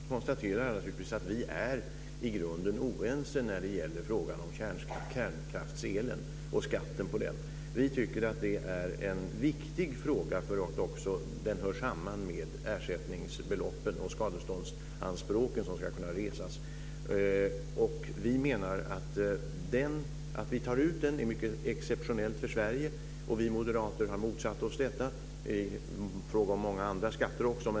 Fru talman! Jag konstaterar naturligtvis att vi är i grunden oense när det gäller frågan om kärnkraftselen och skatten på den. Vi tycker att det är en viktig fråga, för den hör också samman med ersättningsbeloppen och skadeståndsanspråken som ska kunna resas. Vi menar att det faktum att vi tar ut denna skatt är mycket exceptionellt för Sverige. Vi moderater har motsatt oss denna skatt, liksom många andra skatter.